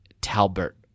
Talbert